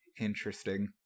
interesting